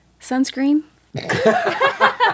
sunscreen